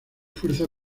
fuerza